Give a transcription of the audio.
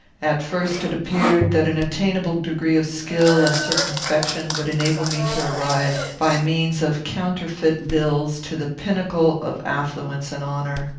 at first it appeared that an attainable degree of skill and circumspection would enable me to arrive, by means of counterfeit bills, to the pinnacle of affluence and honour.